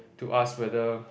to ask whether